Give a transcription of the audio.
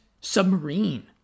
submarine